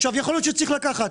יכול להיות שצריך לקחת,